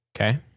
Okay